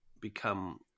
become